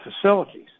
facilities